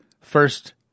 first